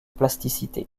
plasticité